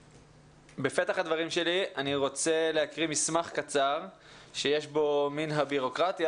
בפתח הדברים שלי אני רוצה להקריא מסמך קצר שיש בו מן הבירוקרטיה